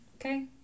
okay